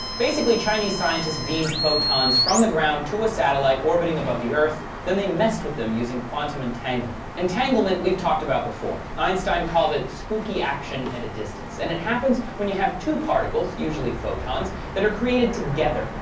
basically, chinese scientists beamed photons from the ground to a satellite orbiting above the earth then they messed with them using quantum entanglement entanglement, we've talked about before, einstein called it spooky action at a distance. and it happens when you have two particles usually photons that are created together.